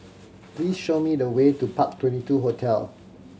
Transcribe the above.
please show me the way to Park Twenty two Hotel